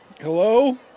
Hello